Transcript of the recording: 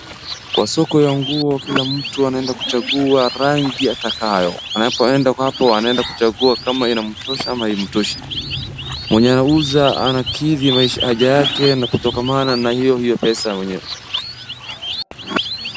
Kwa soko ya nguo, kila mtu anaenda kuchangua rangi atakayo. Anapoenda hapo anaenda kuchangua kama inamtosha ama haimtoshi. Mwenye anauza anakidhi maisha, haja yake na kutokamana na hio hio pesa ya mwenyewe.